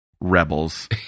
Rebels